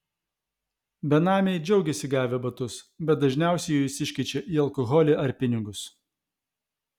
benamiai džiaugiasi gavę batus bet dažniausiai juos iškeičia į alkoholį ar pinigus